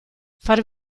far